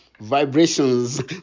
Vibrations